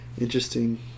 interesting